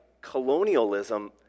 colonialism